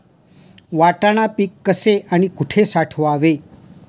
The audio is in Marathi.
वाटाणा पीक कसे आणि कुठे साठवावे?